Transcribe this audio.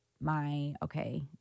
my—okay